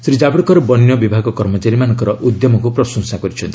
ଶ୍ରୀ ଜାବଡେକର ବନ୍ୟ ବିଭାଗ କର୍ମଚାରୀମାନଙ୍କର ଉଦ୍ୟମକ୍ତ ପ୍ରଶଂସା କରିଛନ୍ତି